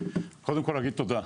קודם כל אגיד תודה.